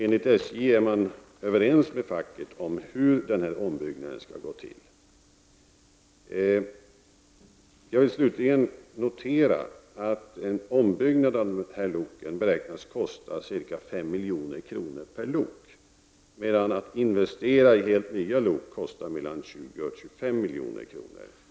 Enligt SJ är man överens med facket om hur den här ombyggnaden skall gå till. Jag vill slutligen notera att en ombyggnad av de här loken beräknas kosta ca 5 milj.kr. per lok, medan en investering i nya lok kostar mellan 20 och 25 milj.kr.